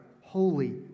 holy